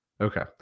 okay